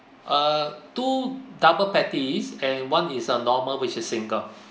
err two double patties and one is a normal which is single